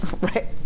right